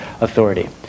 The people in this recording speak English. authority